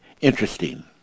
interesting